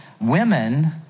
women